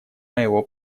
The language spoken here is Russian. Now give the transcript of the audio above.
моего